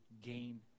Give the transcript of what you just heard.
gain